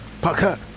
Parker